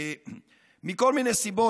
מכל מיני סיבות.